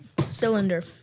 Cylinder